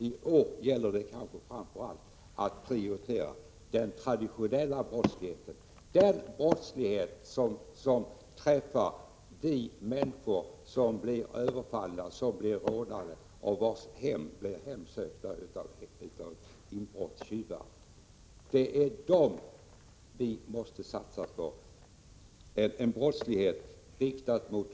I år gäller det framför allt att prioritera den traditionella brottsligheten, dvs. den brottslighet som drabbar de människor som blir överfallna och rånade och vars bostäder hemsöks av inbrottstjuvar. Vi måste satsa på de enskilda människorna.